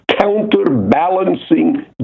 counterbalancing